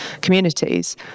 communities